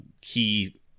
key